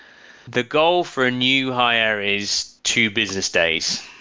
the goal for new hire is two business days.